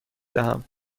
دهم